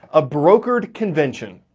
a brokered convention.